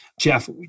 Jeff